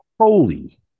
Holy